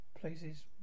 places